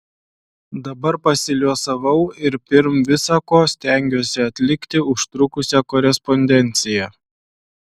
dabar pasiliuosavau ir pirm visa ko stengiuosi atlikti užtrukusią korespondenciją